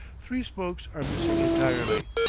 three spokes are missing entirely,